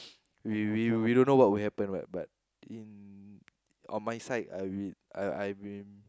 we we we don't know what will happen right but in on my side I I I've been